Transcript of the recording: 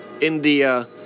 India